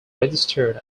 registered